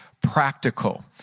practical